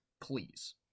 Please